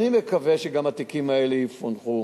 אני מקווה שגם התיקים האלה יפוענחו.